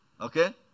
Okay